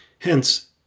Hence